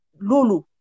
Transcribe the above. lulu